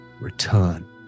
return